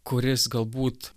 kuris galbūt